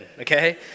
okay